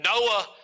Noah